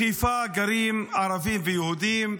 בחיפה גרים ערבים ויהודים,